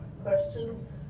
Questions